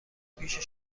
پیش